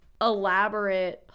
elaborate